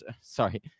sorry